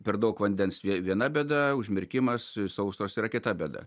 per daug vandens viena bėda užmirkimas sausros yra kita bėda